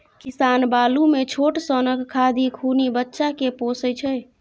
किसान बालु मे छोट सनक खाधि खुनि बच्चा केँ पोसय छै